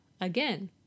again